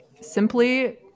Simply